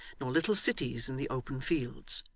nor little cities in the open fields.